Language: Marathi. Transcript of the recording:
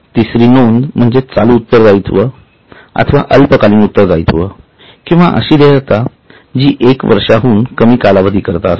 तिसरी नोंद म्हणजेच चालू उत्तरदायित्व अथवा अल्प कालीन उत्तरदायित्व किंवा अशी देयता जी एकवर्षाहून कमी कालावधी करिता असते